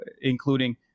including